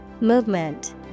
Movement